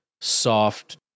soft